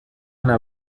una